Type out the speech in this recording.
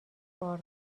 ارد